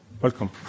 Welcome